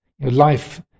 life